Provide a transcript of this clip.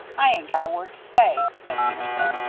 i ain't got a word to say, said peterson.